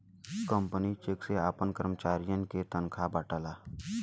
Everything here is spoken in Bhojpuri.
कंपनी चेक से आपन करमचारियन के तनखा बांटला